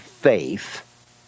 faith